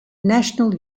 national